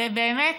ובאמת